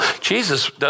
Jesus